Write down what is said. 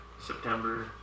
September